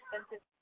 expensive